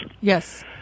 Yes